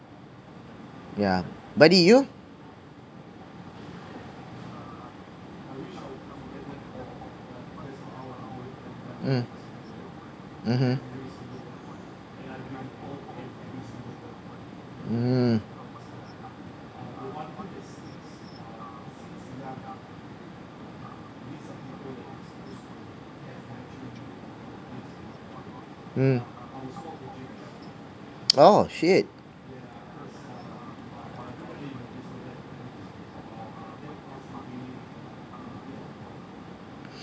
yeah buddy you um mmhmm um um oh shit